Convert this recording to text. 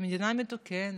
שהיא מדינה מתוקנת,